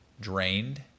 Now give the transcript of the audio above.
drained